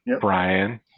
brian